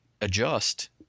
adjust